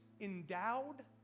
Endowed